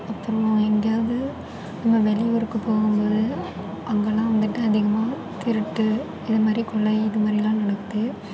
அப்புறம் எங்கேயாவது நம்ம வெளியூருக்கு போகும் போது அங்கேலாம் வந்துட்டு அதிகமாக திருட்டு இது மாதிரி கொலை இது மாதிரிலாம் நடக்குது